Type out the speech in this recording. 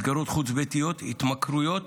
מסגרות חוץ-ביתיות, התמכרויות